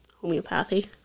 homeopathy